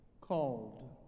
Called